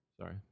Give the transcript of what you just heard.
sorry